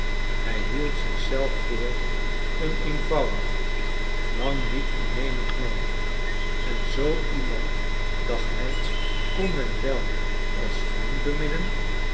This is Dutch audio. hij hield zich zelf voor een eenvoudig lang niet innemend man en zoo iemand dacht hij kon men wel als vriend